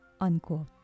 unquote